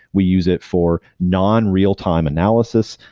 we use it for non-real-time analysis,